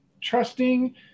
trusting